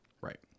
Right